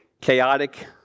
chaotic